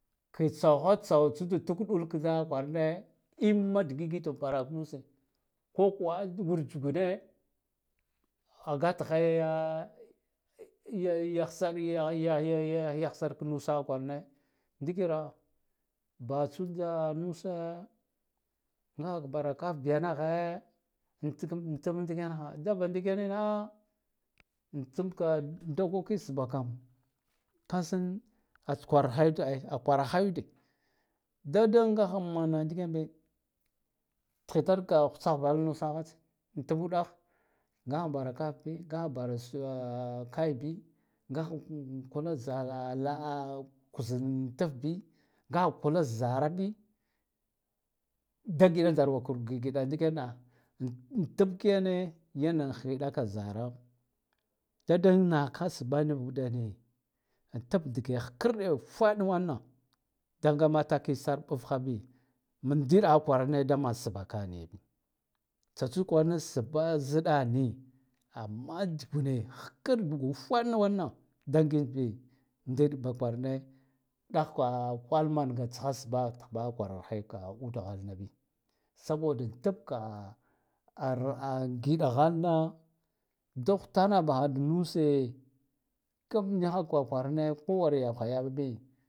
Ki tsawha tsawa tsude tukɗule da kwarane imma digigite kwaraha nuse kokuwa wur jugune agata hai ya yahsar yaya ya yah sar ka nusa kwarane ndikira batsu de nuse ngaha hara kaff biya nahe atd tnd ndiken ha dava nɗike na ha tsuka dokoki sbba kam ka san a tskwarahayud akwaraha yude dadan ngaha man ndiken bi thitarka hutsaval nusa ts anta udah ngaha bara kaff ngaha bara kai bi ngaha kula za kuzatf bi ngaha kula zara bo da giɗa nadan kut giɗa ni diken ra an tab kiyare yahan hiɗa ka zarar dada naka sbba nivude attab dige hkarde ufade wanan daga mataki sar bf ha bi mat ndiɗa ha kwarana daman sbba ka niya bi tsatsud kwarane sbba zdda ni amma jugune hkarɗ da ufaɗ na wanan da gig bi ndid ba kwarar he ka uda har na bi suboda tab ka giɗa halna da hufana bahha da nuse kab niha kwarakwarane koware yab ha yabude.